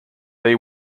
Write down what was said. they